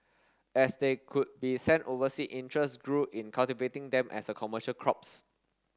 as they could be sent oversea interest grew in cultivating them as a commercial crops